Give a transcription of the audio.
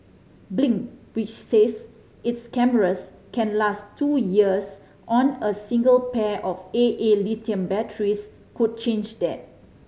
blink which says its cameras can last two years on a single pair of A A lithium batteries could change that